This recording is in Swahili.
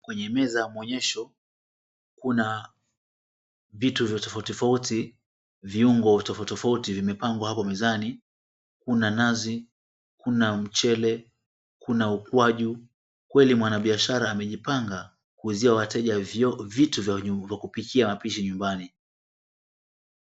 Kwenye meza ya maonyesho, kuna vitu vya tofauti tofauti. Viungo tofauti tofauti vimepangwa hapo mezani. Kuna nazi, kuna mchele, kuna ukwaju, kweli mwanabiashara amejipanga kuuzia wateja vioo vitu vya kupikia wapishi nyumbani.